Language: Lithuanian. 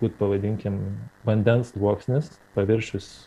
taip pavadinkim vandens sluoksnis paviršius